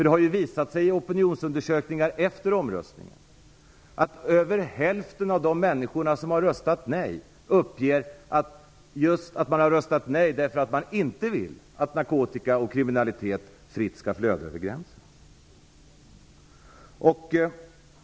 Det har visat sig i opinionsundersökningar efter omröstningen att över hälften av de människor som röstat nej uppger att de har gjort det därför att de inte vill att narkotika och kriminalitet fritt skall flöda över gränserna.